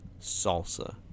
Salsa